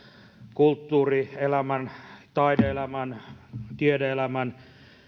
kulttuurielämän taide elämän tiede elämän